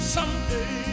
Someday